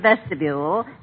vestibule